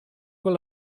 con